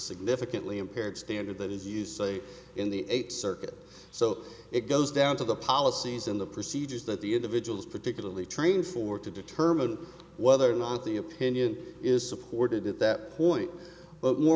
significantly impaired standard that is used say in the eighth circuit so it goes down to the policies in the procedures that the individuals particularly trained for to determine whether or not the opinion is supported at that point but more